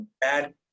bad